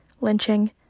lynching